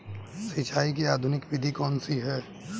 सिंचाई की आधुनिक विधि कौन सी है?